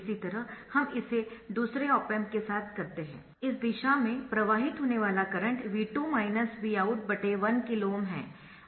इसी तरह हम इसे दूसरे ऑप एम्प के साथ करते है इस दिशा में प्रवाहित होने वाला करंट V2 Vout 1KΩ है